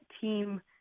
team